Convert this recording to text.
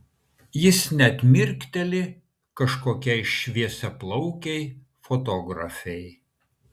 jis net mirkteli kažkokiai šviesiaplaukei fotografei